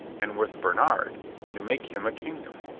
and with bernhard to make him a kingdom,